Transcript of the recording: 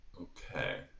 okay